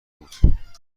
بود